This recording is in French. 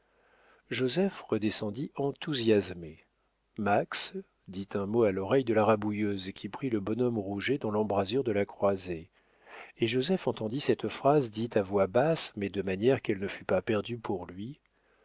joseph redescendit enthousiasmé max dit un mot à l'oreille de la rabouilleuse qui prit le bonhomme rouget dans l'embrasure de la croisée et joseph entendit cette phrase dite à voix basse mais de manière qu'elle ne fût pas perdue pour lui